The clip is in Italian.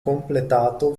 completato